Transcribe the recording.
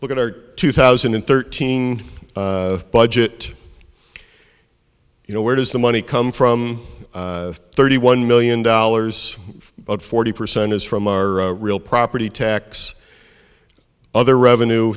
look at our two thousand and thirteen budget you know where does the money come from thirty one million dollars forty percent is from our real property tax other revenue